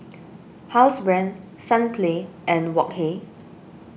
Housebrand Sunplay and Wok Hey